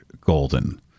golden